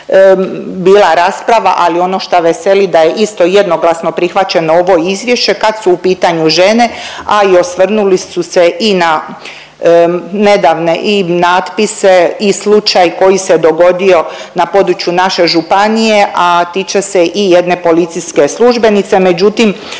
bila rasprava ali ono šta veseli da je isto jednoglasno prihvaćeno ovo izvješće kad su u pitanju žene, a i osvrnuli su se i na nedavne i natpise i slučaj koji se dogodio na području naše županije, a tiče se i jedne policijske službenice. Međutim,